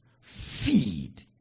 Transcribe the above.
feed